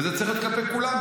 וזה צריך להיות כלפי כולם,